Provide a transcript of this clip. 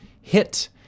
hit